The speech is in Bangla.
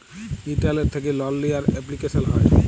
ইলটারলেট্ থ্যাকে লল লিয়ার এপলিকেশল হ্যয়